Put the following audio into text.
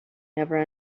never